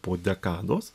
po dekados